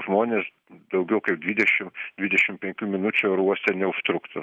žmonės daugiau kaip dvidešimt dvidešimt penkių minučių oro uoste neužtruktų